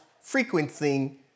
frequenting